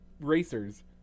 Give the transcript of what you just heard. racers